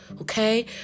Okay